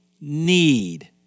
need